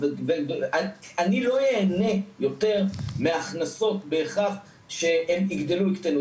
אני לא איהנה יותר מהכנסות בהכרח אם הן יגדלו או יקטנו.